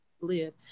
live